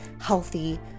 healthy